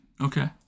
Okay